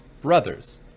brothers